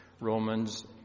Romans